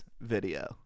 video